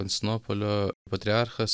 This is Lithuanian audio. konstinopolio patriarchas